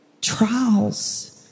Trials